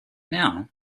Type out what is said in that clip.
now